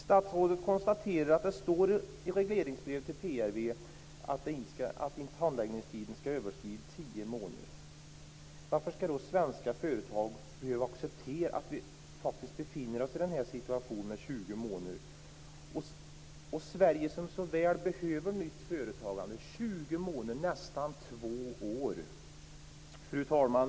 Statsrådet konstaterar att det står i regleringsbrevet till PRV att handläggningstiden inte skall överskrida tio månader. Varför skall då svenska företag behöva acceptera att det tar 20 månader? Sverige behöver ju så väl nytt företagande. 20 månader är nästan två år. Fru talman!